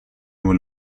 nur